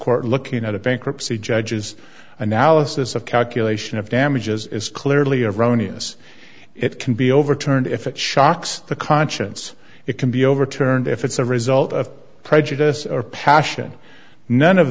court looking at a bankruptcy judges analysis of calculation of damages is clearly erroneous it can be overturned if it shocks the conscience it can be overturned if it's a result of prejudice or passion none of